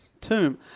tomb